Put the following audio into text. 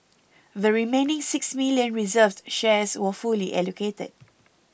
the remaining six million reserved shares were fully allocated